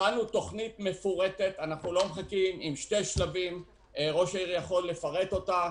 הכנו תוכנית מפורטת עם שני שלבים שראש העיר יכול לפרט אותה.